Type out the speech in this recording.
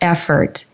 effort